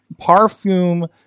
Parfume